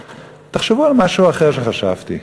תחשבו על משהו אחר שחשבתי,